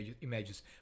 images